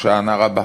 הושענא רבה,